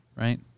right